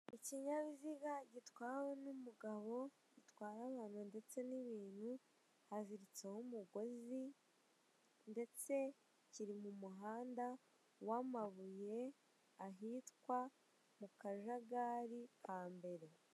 Ikinyabiziga gitwawe n'umugabo gitwara abantu ndetse n'ibintu haziritseho umugozi ndetse kiri mu muhanda w'amabuye ahitwa mu Kajagari ka mbere.